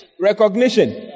Recognition